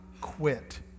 quit